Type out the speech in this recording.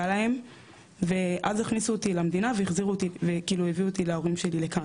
להם ואז הכניסו אותי למדינה והביאו אותי להורים שלי לכאן,